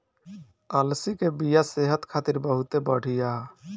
अलसी के बिया सेहत खातिर बहुते बढ़िया ह